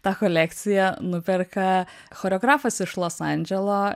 tą kolekciją nuperka choreografas iš los andželo